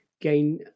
gain